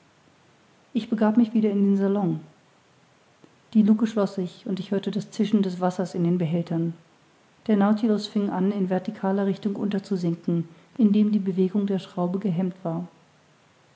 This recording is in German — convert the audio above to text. ich begab mich wieder in den salon die lucke schloß sich und ich hörte das zischen des wassers in den behältern der nautilus fing an in verticaler richtung unterzusinken indem die bewegung der schraube gehemmt war